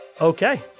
Okay